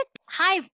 Hi